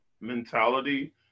mentality